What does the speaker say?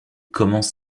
commence